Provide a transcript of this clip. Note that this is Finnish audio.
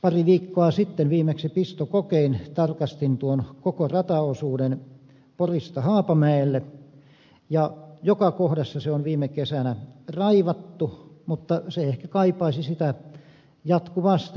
pari viikkoa sitten viimeksi pistokokein tarkastin tuon koko rataosuuden porista haapamäelle ja joka kohdassa se on viime kesänä raivattu mutta se ehkä kaipaisi sitä jatkuvasti